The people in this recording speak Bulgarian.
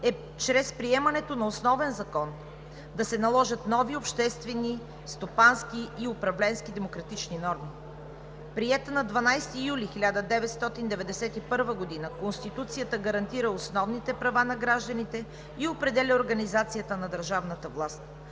е чрез приемането на Основен закон да се наложат нови обществени, стопански и управленски демократични норми. Приета на 12 юли 1991 г., Конституцията гарантира основните права на гражданите и определя организацията на държавната власт.